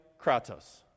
Kratos